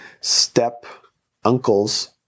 step-uncle's